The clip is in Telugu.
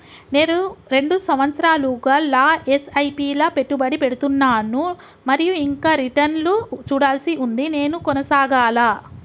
నేను రెండు సంవత్సరాలుగా ల ఎస్.ఐ.పి లా పెట్టుబడి పెడుతున్నాను మరియు ఇంకా రిటర్న్ లు చూడాల్సి ఉంది నేను కొనసాగాలా?